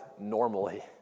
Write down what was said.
normally